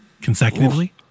consecutively